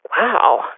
wow